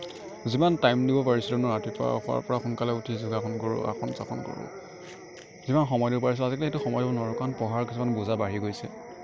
যিমান টাইম দিব পাৰিছিলোঁ ন ৰাতিপুৱাৰ শোৱাৰপৰা সোনকালে উঠি যোগাসন কৰোঁ আসন চাসন কৰোঁ যিমান সময় দিব পাৰিছিলোঁ আজিকালি সেইটো সময় দিব নোৱাৰোঁ কাৰণ পঢ়াৰ কিছুমান বোজা বাঢ়ি গৈছে